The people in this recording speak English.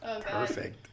Perfect